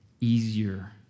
easier